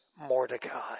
Mordecai